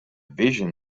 vision